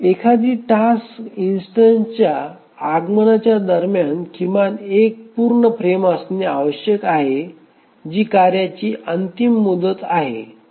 एखादी टास्क इन्सेंटच्या आगमनाच्या दरम्यान किमान एक पूर्ण फ्रेम असणे आवश्यक आहे जी कार्याची अंतिम मुदत आहे